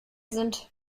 sind